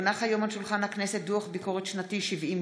הצעת חוק-יסוד: הכנסת